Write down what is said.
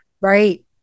Right